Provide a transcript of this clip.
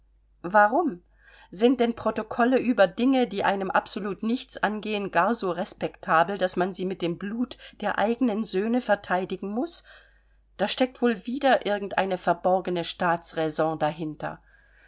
warum sind denn protokolle über dinge die einem absolut nichts angehen gar so respektabel daß man sie mit dem blut der eigenen söhne verteidigen muß da steckt wohl wieder irgend eine verborgene staatsraison dahinter